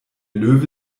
löwe